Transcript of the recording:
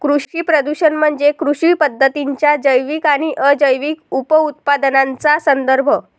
कृषी प्रदूषण म्हणजे कृषी पद्धतींच्या जैविक आणि अजैविक उपउत्पादनांचा संदर्भ